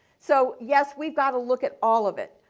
so yes, we've got to look at all of it.